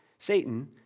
Satan